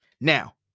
now